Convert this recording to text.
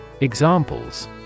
Examples